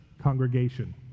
congregation